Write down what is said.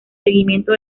seguimiento